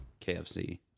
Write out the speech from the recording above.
KFC